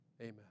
Amen